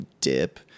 dip